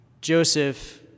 Joseph